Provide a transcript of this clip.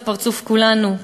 זה פרצוף כולנו,